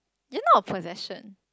you're not a possession